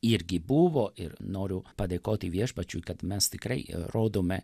irgi buvo ir noriu padėkoti viešpačiui kad mes tikrai rodome